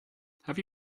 have